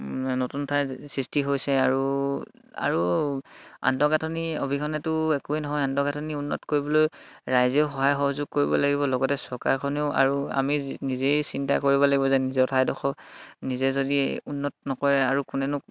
নতুন ঠাইত সৃষ্টি হৈছে আৰু আৰু আন্তঃগাঁথনি অবিহনেটো একোৱেই নহয় আন্তঃগাঁথনি উন্নত কৰিবলৈ ৰাইজেও সহায় সহযোগ কৰিব লাগিব লগতে চৰকাৰখনেও আৰু আমি নিজেই চিন্তা কৰিব লাগিব যে নিজৰ ঠাইডখৰ নিজে যদি উন্নত নকৰে আৰু কোনেনো